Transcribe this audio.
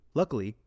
Luckily